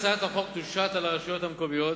על הרשויות המקומיות,